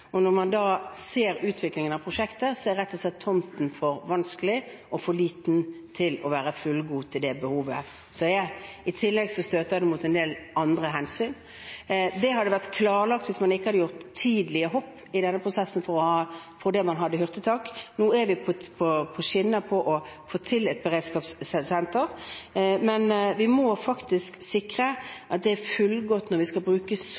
Når man ser utviklingen av prosjektet, er tomten rett og slett for vanskelig og for liten til å være fullgod til behovet. I tillegg støter det mot en del andre hensyn. Det hadde vært klarlagt hvis man ikke hadde gjort tidlige hopp i denne prosessen fordi man hadde hurtigfart. Nå er vi på skinner for å få til et beredskapssenter, men vi må faktisk sikre at det er fullgodt når vi skal